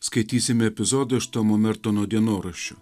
skaitysime epizodą iš tomomertono dienoraščių